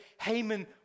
Haman